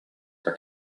are